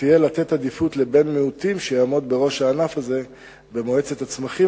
תהיה לתת עדיפות לבן מיעוטים שיעמוד בראש הענף הזה במועצת הצמחים.